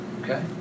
Okay